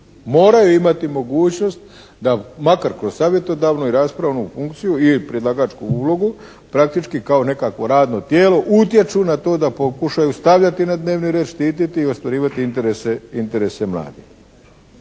moraju imati mogućnost da makar kroz savjetodavnu i raspravnu funkciju i predlagačku ulogu praktički kao nekakvo radno tijelo utječu na to da pokušaju stavljati na dnevni red, štititi i ostvarivati interese mladih.